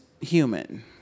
human